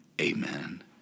amen